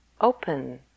open